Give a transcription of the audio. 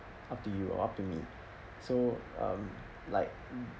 up to you or up to me so um like